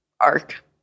arc